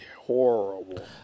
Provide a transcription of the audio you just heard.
horrible